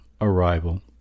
arrival